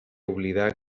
oblidar